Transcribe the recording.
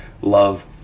love